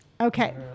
Okay